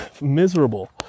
miserable